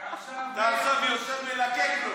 אתה עכשיו יושב, מלקק לו.